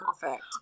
perfect